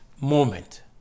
moment